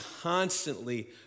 constantly